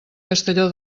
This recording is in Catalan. castelló